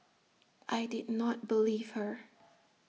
I did not believe her